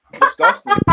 disgusting